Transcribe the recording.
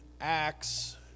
Acts